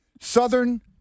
Southern